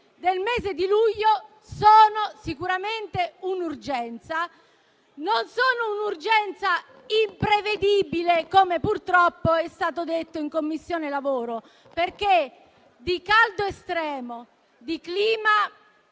nel mese di luglio è sicuramente un'urgenza. Non è però un'urgenza imprevedibile, come purtroppo è stato detto in Commissione lavoro, perché di caldo estremo, di cambiamento